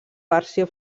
versió